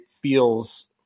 feels